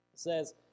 says